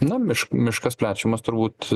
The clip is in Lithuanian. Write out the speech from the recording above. na miš miškas plečiamas turbūt